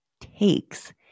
takes